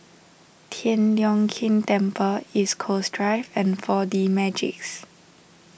Tian Leong Keng Temple East Coast Drive and four D Magix